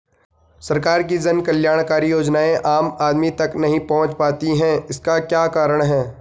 सरकार की जन कल्याणकारी योजनाएँ आम आदमी तक नहीं पहुंच पाती हैं इसका क्या कारण है?